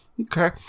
Okay